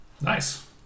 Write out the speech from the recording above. nice